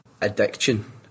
addiction